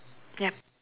yup